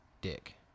dick